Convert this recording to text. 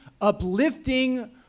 uplifting